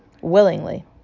Willingly